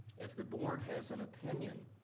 if the board has an opinion,